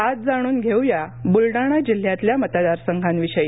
आज जाणून घेऊ या बूलडाणा जिल्ह्यातल्या मतदारसंघांविषयी